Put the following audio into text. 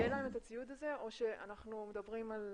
יהיה להם את הציוד הזה או שאנחנו מדברים על